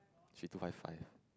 she two five five